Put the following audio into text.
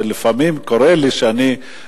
ולפעמים קורה לי שאני,